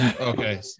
Okay